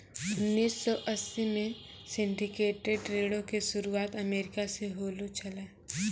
उन्नीस सौ अस्सी मे सिंडिकेटेड ऋणो के शुरुआत अमेरिका से होलो छलै